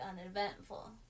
uneventful